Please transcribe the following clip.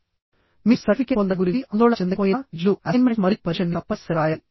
మీరు సర్టిఫికేట్ పొందడం గురించి ఆందోళన చెందకపోయినా క్విజ్లు అసైన్మెంట్స్ మరియు పరీక్ష ని తప్పని సరి వ్రాయాలి